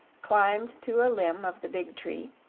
climbed to a limb of the big tree,